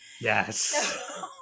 Yes